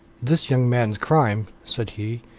this young man's crime, said he,